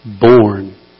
born